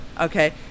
Okay